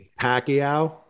Pacquiao